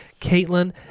Caitlin